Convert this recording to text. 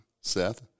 Seth